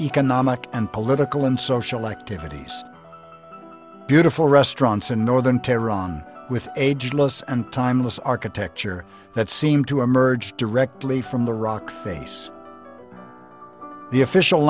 economic and political and social activities beautiful restaurants in northern tehran with ageless and timeless architecture that seem to emerge directly from the rock face the official